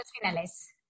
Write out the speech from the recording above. finales